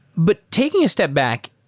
but taking a step back,